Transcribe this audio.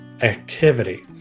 activity